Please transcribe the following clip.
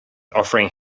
offering